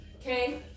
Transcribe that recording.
Okay